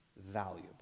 valuable